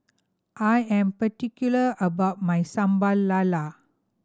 I am particular about my Sambal Lala